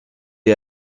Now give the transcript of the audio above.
est